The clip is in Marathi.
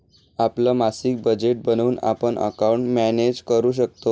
आपलं मासिक बजेट बनवून आपण अकाउंट मॅनेज करू शकतो